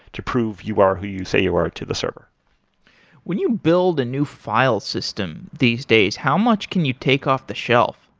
to prove you are who you say you are to the server when you build a new file system these days, how much can you take off the shelf?